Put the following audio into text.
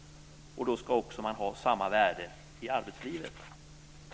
Då skall man också ha samma värde i arbetslivet.